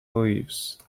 leaves